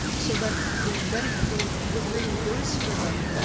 so that the medicaid would reimburse for them.